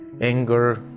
anger